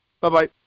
Bye-bye